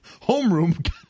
homeroom